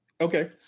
Okay